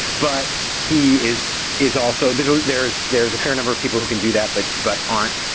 but he is is also there's there's there's a fair number of people who can do that but but aren't,